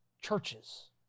churches